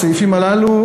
הסעיפים הללו,